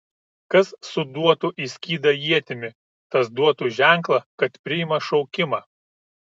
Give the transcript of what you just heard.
kas suduotų į skydą ietimi tas duotų ženklą kad priima šaukimą